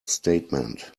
statement